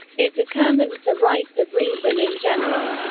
it determines the rights of reason in general.